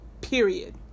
Period